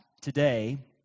today